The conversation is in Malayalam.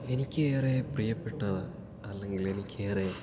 എനിക്കേറെ പ്രിയപ്പെട്ട അല്ലെങ്കിൽ എനിക്കേറെ